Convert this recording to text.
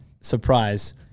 surprise